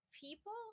people